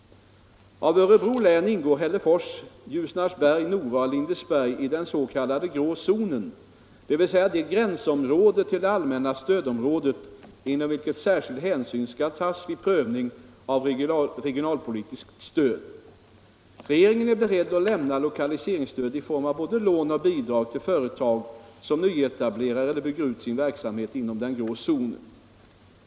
Av Örebro län ingår Hällefors, Ljusnarsberg, Nora och Lindesberg i den s.k. grå zonen, dvs. det gränsområde till det allmänna stödområdet inom vilket särskild hänsyn skall tas vid prövning av regionalpolitiskt stöd. Regeringen är beredd att lämna lokaliseringsstöd i form av både lån och bidrag till företag som nyetablerar eller bygger ut sin verksamhet inom den grå zonen.